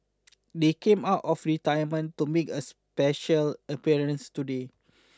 they came out of retirement to make a special appearance today